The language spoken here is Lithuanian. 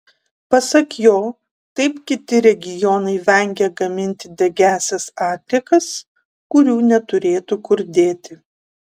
pasak jo taip kiti regionai vengia gaminti degiąsias atliekas kurių neturėtų kur dėti